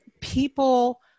people